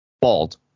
Bald